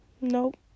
nope